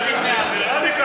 אל תבנה על זה, רק,